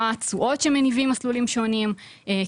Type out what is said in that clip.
מה התשואות שמניבים מסלולים שונים,